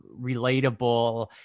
relatable